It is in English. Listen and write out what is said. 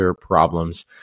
problems